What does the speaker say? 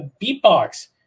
Beatbox